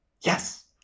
Yes